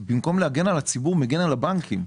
במקום להגן על הציבור מגן על הבנקים.